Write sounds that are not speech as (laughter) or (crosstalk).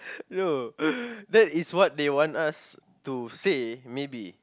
(breath) no (breath) that is what they want us to say maybe